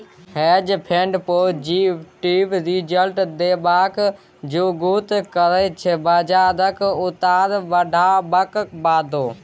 हेंज fund positive result देबाक जुगुत करय छै बजारक उतार चढ़ाबक बादो